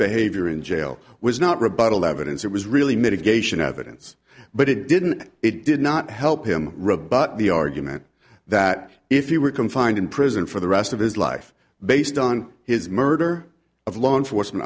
behavior in jail was not rebuttal evidence it was really mitigation evidence but it didn't it did not help him rebut the argument that if you were confined in prison for the rest of his life based on his murder of law enforcement